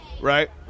right